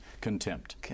Contempt